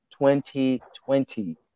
2020